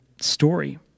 story